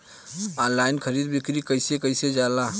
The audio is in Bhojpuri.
आनलाइन खरीद बिक्री कइसे कइल जाला?